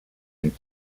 and